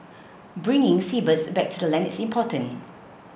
bringing seabirds back to the land is important